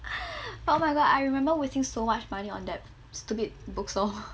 oh my god I remember wasting so much money on that stupid bookstore